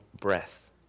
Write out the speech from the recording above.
breath